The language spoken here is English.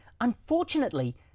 Unfortunately